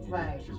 right